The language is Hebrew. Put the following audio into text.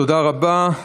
תודה רבה.